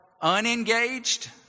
unengaged